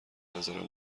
نظرم